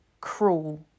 cruel